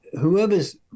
whoever's